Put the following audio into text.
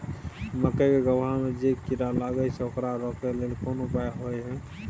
मकई के गबहा में जे कीरा लागय छै ओकरा रोके लेल कोन उपाय होय है?